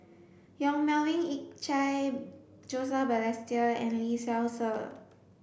Yong Melvin Yik Chye Joseph Balestier and Lee Seow Ser